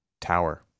tower